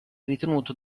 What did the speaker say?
ritenuto